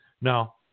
Now